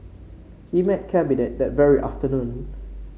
he met Cabinet that very afternoon